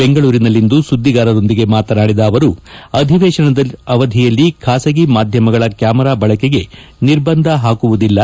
ಬೆಂಗಳೂರಿನಲ್ಲಿಂದು ಸುದ್ದಿಗಾರರೊಂದಿಗೆ ಮಾತನಾಡಿದ ಅವರು ಅಧಿವೇತನದ ಅವಧಿಯಲ್ಲಿ ಖಾಸಗಿ ಮಾಧ್ಯಮಗಳ ಕ್ಯಾಮರಾ ಬಳಕೆಗೆ ನಿರ್ಬಂಧ ಹಾಕುವುದಿಲ್ಲ